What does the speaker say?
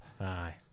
Aye